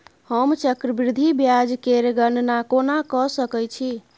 हम चक्रबृद्धि ब्याज केर गणना कोना क सकै छी